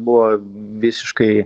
buvo visiškai